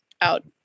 out